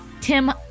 Tim